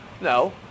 No